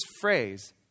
phrase